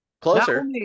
closer